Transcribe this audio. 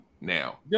now